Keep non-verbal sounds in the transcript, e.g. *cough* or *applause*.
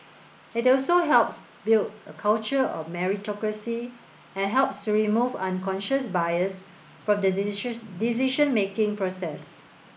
it also helps build a culture of meritocracy and helps remove unconscious bias from the *unintelligible* decision making process